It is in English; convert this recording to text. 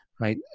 right